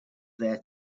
there